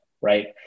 right